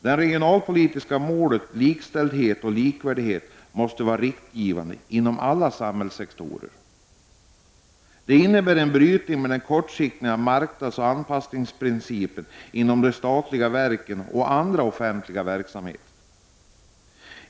Det regionalpolitiska målet — likställdhet och likvärdighet — måste vara riktgivande inom alla samhällssektorer. Det innebär ett avvikande från den kortsiktiga marknadsoch anpassningsprincipen inom de statliga verken och andra offentliga verksamheter.